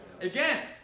Again